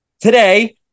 today